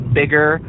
bigger